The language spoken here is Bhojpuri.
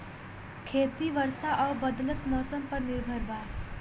खेती वर्षा और बदलत मौसम पर निर्भर बा